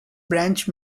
branch